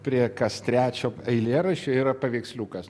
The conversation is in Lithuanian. prie kas trečio eilėraščio yra paveiksliukas